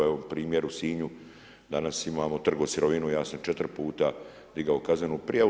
Evo primjer u Sinju danas imamo Trgosirovinu, ja sam 4 puta digao kaznenu prijavu.